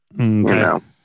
Okay